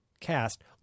cast